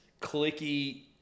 clicky